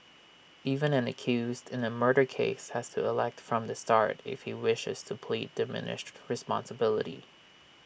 even an accused in A murder case has to elect from the start if you wishes to plead diminished responsibility